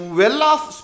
well-off